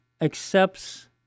accepts